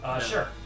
Sure